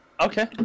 Okay